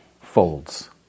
folds